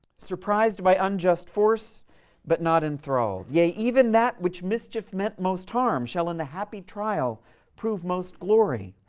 surpris'd by unjust force but not enthrall'd, yea even that which mischief meant most harm shall in the happy trial prove most glory.